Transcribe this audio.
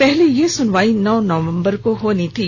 पहले यह सुनवाई नौ नवंबर को होनी थी